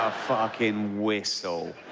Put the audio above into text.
ah fucking whistle.